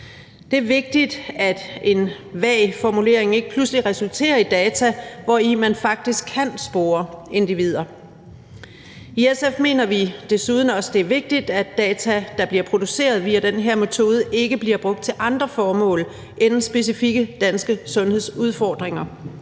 Det er vigtigt, at en vag formulering ikke pludselig resulterer i data, hvori man faktisk kan spore individer. I SF mener vi desuden også, det er vigtigt, at data, der bliver produceret via den her metode, ikke bliver brugt til andre formål end dem, der er koblet til specifikke danske sundhedsudfordringer,